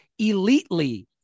elitely